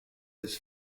his